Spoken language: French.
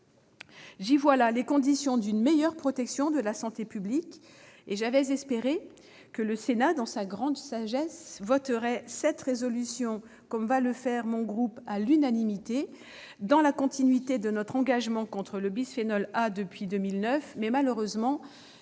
J'y vois là les conditions d'une meilleure protection de la santé publique et j'avais espéré que le Sénat, dans sa grande sagesse, voterait cette résolution, comme va le faire mon groupe, à l'unanimité, dans la continuité de notre engagement contre le bisphénol A depuis 2009. Malheureusement,